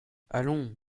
allons